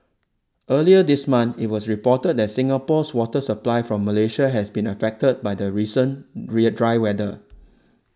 earlier this month it was reported that Singapore's water supply from Malaysia has been affected by the recent rear dry weather